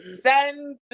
Send